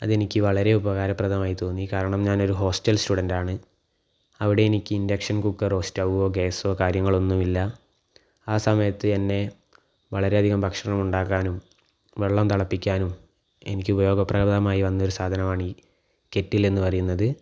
അത് എനിക്ക് വളരെ ഉപകാരപ്രഥമായി തോന്നി കാരണം ഞാൻ ഒരു ഹോസ്റ്റൽ സ്റ്റുഡൻ്റ് ആണ് അവിടെ എനിക്ക് ഇൻ്റക്ഷൻ കുക്കാറോ സ്റ്റവോ ഗ്യാസോ കാര്യങ്ങളൊന്നുമില്ല ആ സമയത്ത് എന്നെ വളരെ അധികം ഭക്ഷണം ഉണ്ടാക്കാനും വെള്ളം തിളപ്പിക്കാനും എനിക്ക് ഉപയോഗപ്രഥമായി വന്ന സാധനമാണ് ഈ കെറ്റിൽ എന്നു പറയുന്നത്